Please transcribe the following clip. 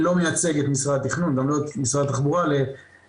אני לא מייצג את מינהל התכנון גם לא את משרד התחבורה לטענתכם,